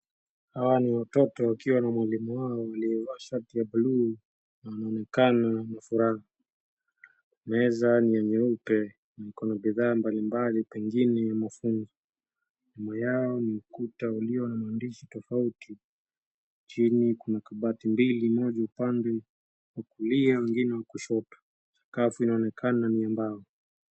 Hawa ni watoto wakiwa na mwalimu wao aliyevaa shati ya bluu. Na anaonekana na furaha. Meza ni nyeupe na iko na bidhaa mbalimbali pengine ya mafunzo. Nyuma yao ni ukuta ulio na maandishi tofauti. Chini kuna kabati mbili moja upande wa kulia nyingine wa kushoto. Kazi inaonekana ni ya mbao.